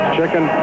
Chicken